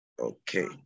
Okay